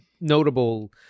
notable